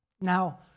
Now